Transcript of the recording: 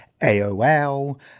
AOL